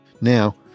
Now